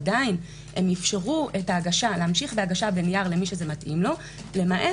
עדיין הם אפשרו להמשיך את ההגשה בנייר למי שזה מתאים לו למעט